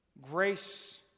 Grace